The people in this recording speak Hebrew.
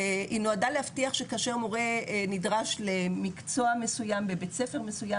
היא נועדה להבטיח שכאשר מורה נדרש למקצוע מסוים בבית ספר מסוים,